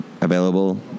available